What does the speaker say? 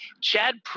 Chad